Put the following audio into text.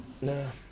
no